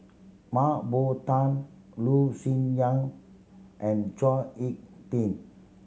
Mah Bow Tan Loh Sin Yun and Chao Hick Tin